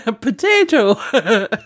Potato